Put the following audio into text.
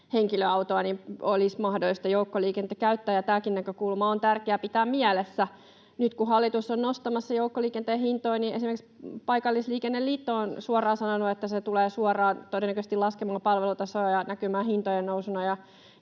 henkilöautoa, olisi mahdollista joukkoliikennettä käyttää. Tämäkin näkökulma on tärkeää pitää mielessä. Nyt kun hallitus on nostamassa joukkoliikenteen hintoja, esimerkiksi Paikallisliikenneliitto on suoraan sanonut, että se tulee suoraan todennäköisesti laskemaan palvelutasoa ja näkymään hintojen nousuna